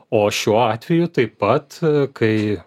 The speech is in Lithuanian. o šiuo atveju taip pat kai